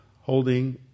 holding